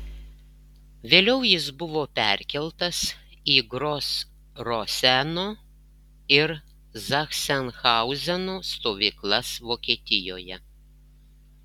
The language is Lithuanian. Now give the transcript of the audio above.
vėliau jis buvo perkeltas į gros rozeno ir zachsenhauzeno stovyklas vokietijoje